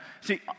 See